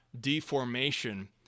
deformation